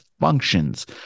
functions